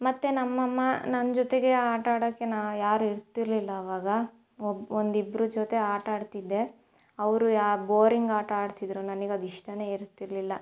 ಮತ್ತು ನಮ್ಮ ಅಮ್ಮ ನನ್ನ ಜೊತೆಗೆ ಆಟ ಆಡೋಕ್ಕೆ ನಾ ಯಾರೂ ಇರ್ತಿರಲಿಲ್ಲ ಆವಾಗ ಒಬ್ಬ ಒಂದು ಇಬ್ಬರ ಜೊತೆ ಆಟಾಡ್ತಿದ್ದೆ ಅವರು ಯಾ ಬೋರಿಂಗ್ ಆಟ ಆಡ್ತಿದ್ದರು ನನಗದ್ ಇಷ್ಟನೇ ಇರ್ತಿರಲಿಲ್ಲ